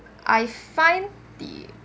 I find the